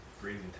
breathing